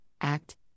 Act